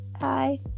Hi